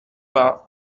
pas